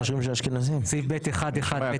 בסעיף 1ב1)(1)(ב)(1),